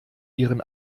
ihren